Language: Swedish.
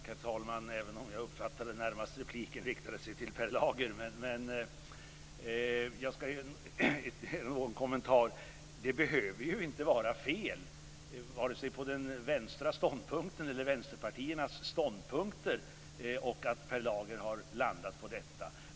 Herr talman! Även om jag uppfattade att repliken närmast riktade sig till Per Lager ska jag göra ytterligare någon kommentar. Det behöver ju inte vara fel vare sig på den vänstra sidans ståndpunkter eller att Per Lager har landat på detta.